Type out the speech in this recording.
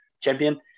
champion